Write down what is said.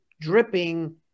dripping